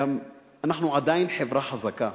אנחנו עדיין חברה חזקה.